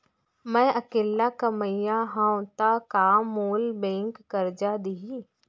मैं अकेल्ला कमईया हव त का मोल बैंक करजा दिही?